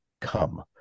come